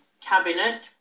Cabinet